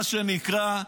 מה שנקרא,